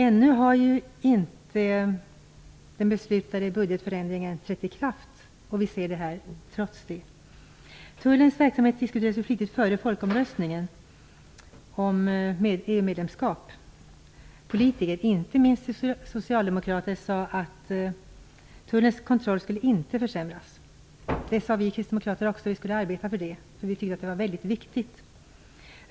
Ännu har den beslutade budgetförändringen inte trätt i kraft, och vi ser redan problem. Tullens verksamhet diskuterades flitigt före folkomröstningen om EU-medlemskap. Politiker, inte minst socialdemokrater, sade att tullens kontroll inte skulle försämras. Det sade vi kristdemokrater också, och vi skulle arbeta för det. Vi tyckte att det var väldigt viktigt.